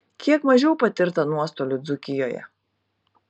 kiek mažiau patirta nuostolių dzūkijoje